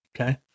Okay